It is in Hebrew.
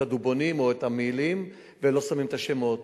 הדובונים או את המעילים ולא שמים את השמות.